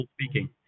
speaking